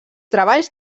treballs